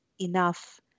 enough